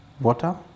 Water